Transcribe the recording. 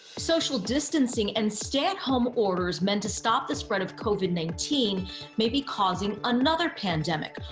social distancing and stay-at-home orders meant to stop the spread of covid nineteen may be causing another pandemic,